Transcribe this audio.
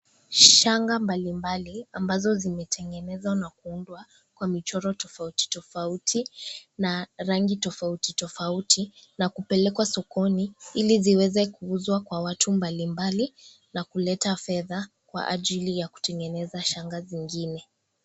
Shanga mbalimbali ambazo zimetengenezwa na kuundwa kwa michoro tofautitofauti na rangi tofautitofauti na kupelekwa sokoni ili ziweze kuuzwa kwa watu mbalimbali na kuleta fedha kwa ajili ya kutengeneza shanga zingine.